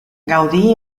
gaudí